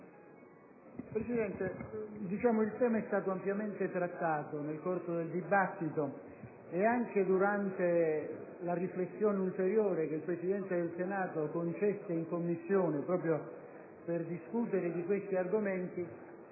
Presidente, il tema è stato ampiamente trattato nel corso del dibattito; anche durante la riflessione ulteriore che il Presidente del Senato concesse in Commissione proprio per discutere di questi argomenti,